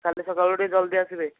କାଲି ସକାଳକୁ ଟିକେ ଜଲଦି ଆସିବେ